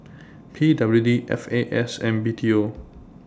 P W D F A S and B T O